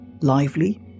lively